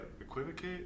equivocate